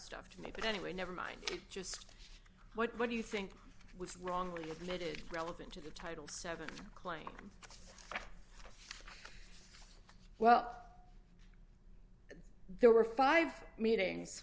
stuff to me but anyway never mind you just what do you think was wrongly admitted relevant to the title seven claiming well there were five meetings